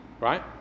right